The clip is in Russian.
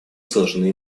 сложны